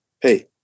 Hey